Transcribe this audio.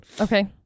Okay